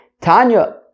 Tanya